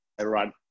right